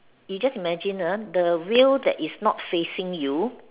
you just imagine uh the wheel that is not facing you